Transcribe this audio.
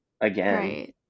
again